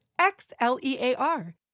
X-L-E-A-R